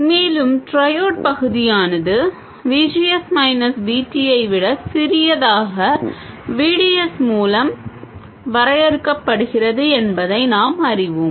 மேலும் ட்ரையோட் பகுதியானது VGS minus V T ஐ விட சிறியதாக VDS மூலம் வரையறுக்கப்படுகிறது என்பதை நாம் அறிவோம்